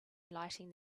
lighting